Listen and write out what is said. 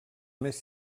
més